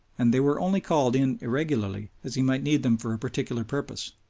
and they were only called in irregularly as he might need them for a particular purpose.